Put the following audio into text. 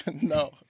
No